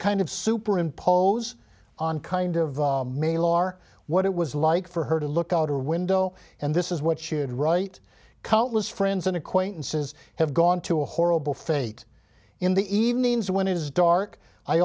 kind of superimpose on kind of mail or what it was like for her to look out her window and this is what should right countless friends and acquaintances have gone to a horrible fate in the evenings when it is dark i